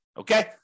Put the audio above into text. Okay